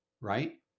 right